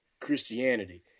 Christianity